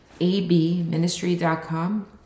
abministry.com